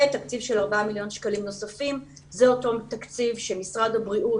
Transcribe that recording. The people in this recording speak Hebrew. ותקציב של 4 מיליון שקלים נוספים זה אותו תקציב שמשרד הבריאות